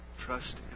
Trust